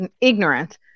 ignorance